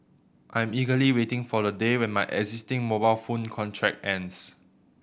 I'm eagerly waiting for the day when my existing mobile phone contract ends